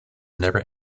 never